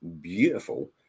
beautiful